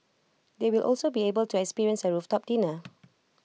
they will also be able to experience A rooftop dinner